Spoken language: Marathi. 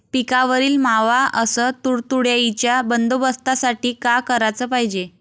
पिकावरील मावा अस तुडतुड्याइच्या बंदोबस्तासाठी का कराच पायजे?